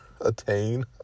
Attain